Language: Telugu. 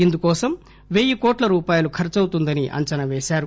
ఇందుకోసం పెయ్యి కోట్ల రూపాయలు ఖర్సవుతుందని అంచనాపేశారు